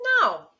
no